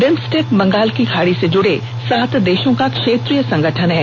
BIMSTEC Bengal की खाड़ी से जुड़े सात देशों का क्षेत्रीय संगठन है